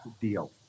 deal